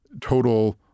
total